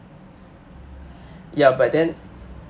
ya but then